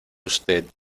usted